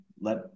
let